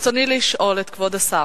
רצוני לשאול את כבוד השר: